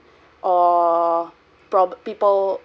or prob~ people